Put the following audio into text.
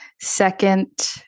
second